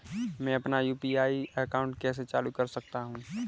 मैं अपना UPI account कैसे चालू कर सकता हूँ?